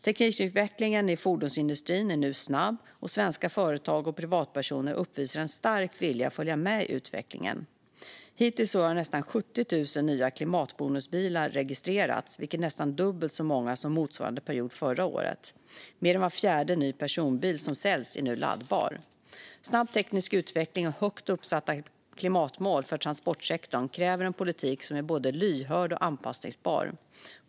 Teknikutvecklingen i fordonsindustrin är nu snabb, och svenska företag och privatpersoner uppvisar en stark vilja att följa med i utvecklingen. Hittills i år har nästan 70 000 nya klimatbonusbilar registrerats, vilket är nästan dubbelt så många som motsvarande period förra året. Mer än var fjärde ny personbil som säljs är nu laddbar. Snabb teknisk utveckling och högt satta klimatmål för transportsektorn kräver en politik som är både lyhörd och anpassningsbar.